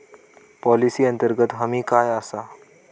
Policy अंतर्गत हमी काय आसा?